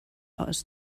aus